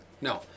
No